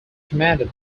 commanded